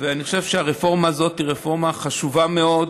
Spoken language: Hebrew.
אני חושב שהרפורמה הזאת היא רפורמה חשובה מאוד,